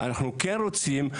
אנחנו כן רוצים.